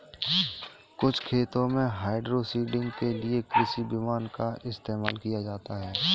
कुछ खेतों में हाइड्रोसीडिंग के लिए कृषि विमान का इस्तेमाल किया जाता है